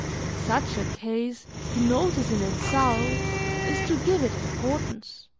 in such a case, to notice an insult is to give it importance.